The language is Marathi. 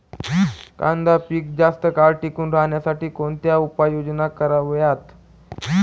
कांदा पीक जास्त काळ टिकून राहण्यासाठी कोणत्या उपाययोजना कराव्यात?